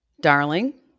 Darling